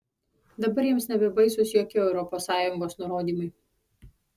dabar jiems nebebaisūs jokie europos sąjungos nurodymai